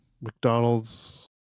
McDonald's